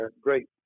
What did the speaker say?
great